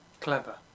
Clever